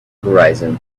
horizon